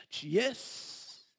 Yes